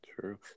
True